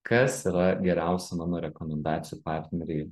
kas yra geriausi mano rekomendacijų partneriai